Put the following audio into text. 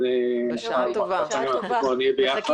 אז בפעם הבאה אנחנו כבר נהיה ביחד.